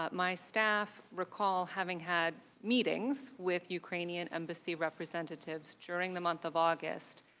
ah my staff recalled having had meetings with ukrainian embassy representatives during the month of august.